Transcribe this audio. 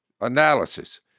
analysis